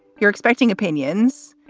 you're expecting opinions.